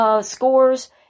scores